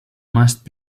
must